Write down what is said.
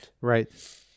Right